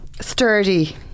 sturdy